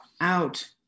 out